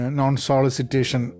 non-solicitation